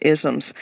isms